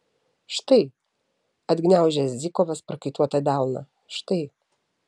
štai atgniaužia zykovas prakaituotą delną štai